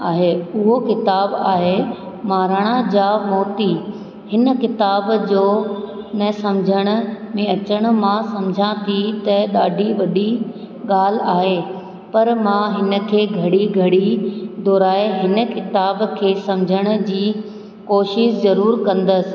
आहे उहो किताबु आहे महिराण जा मोती हिन किताब जो न सम्झण में अचण मां सम्झां थी त ॾाढी वॾी ॻाल्हि आहे पर मां उन खे घड़ी घड़ी दुहिराए हिन किताब खे सम्झण जी कोशिशि ज़रूरु कंदसि